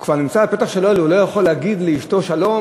הוא כבר נמצא בפתח הדלת הוא לא יכול להגיד לאשתו: שלום,